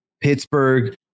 Pittsburgh